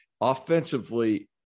Offensively